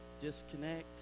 disconnect